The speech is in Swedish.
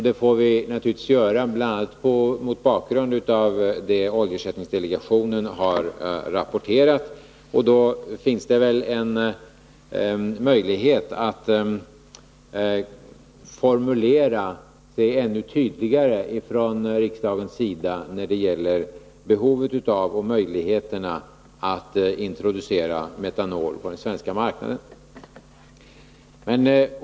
Det får vi naturligtvis göra mot bakgrund av det som oljeersättningsdelegationen har rapporterat. Och då finns det väl en möjlighet att formulera sig ännu tydligare från riksdagens sida när det gäller behovet av och möjligheterna för att introducera metanol på den svenska marknaden.